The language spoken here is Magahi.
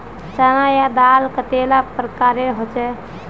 चना या दाल कतेला प्रकारेर होचे?